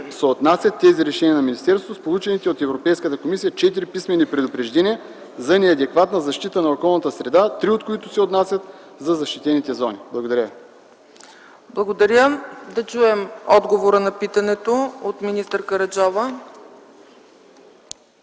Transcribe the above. съотнасят тези решения на министерството с получените от Европейската комисия четири писмени предупреждения за неадекватна защита на околната среда, три от които се отнасят за защитените зони? Благодаря ви. ПРЕДСЕДАТЕЛ ЦЕЦКА ЦАЧЕВА: Благодаря. Да чуем отговора на питането от министър Караджова.